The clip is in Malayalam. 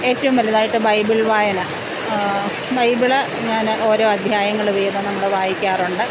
ഏറ്റവും വലുതായിട്ട് ബൈബിൾ വായന ബൈബിള് ഞാൻ ഓരോ അദ്ധ്യായങ്ങൾ വീതം നമ്മൾ വായിക്കാറുണ്ട്